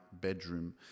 bedroom